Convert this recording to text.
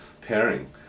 pairing